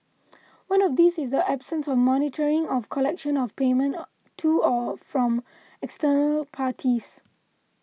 one of these is the absence of monitoring of collection of payment to or from external parties